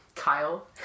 Kyle